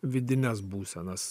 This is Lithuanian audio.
vidines būsenas